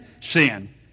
sin